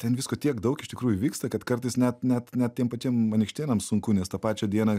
ten visko tiek daug iš tikrųjų vyksta kad kartais net net net tiem patiem anykštėnam sunku nes tą pačią dieną